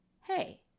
hey